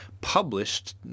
published